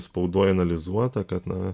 spaudoj analizuota kad na